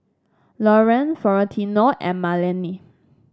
Lorrayne Florentino and Melany